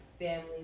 family